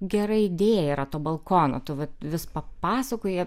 gera idėja yra to balkono tu vat vis papasakoji